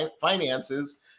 finances